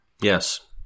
Yes